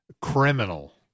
criminal